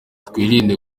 twirinde